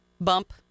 bump